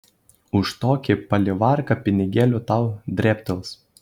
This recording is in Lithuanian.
už tokį palivarką pinigėlių tau drėbtels